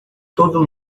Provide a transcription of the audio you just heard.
todo